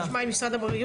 היו"ר מירב